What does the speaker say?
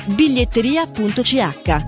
biglietteria.ch